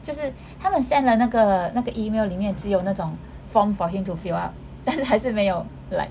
就是他们 send 了那个那个 email 里面只有那种 form for him to fill up 但是还是没有 like